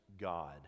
God